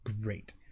Great